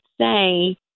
say